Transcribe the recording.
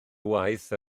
waith